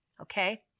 okay